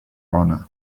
honor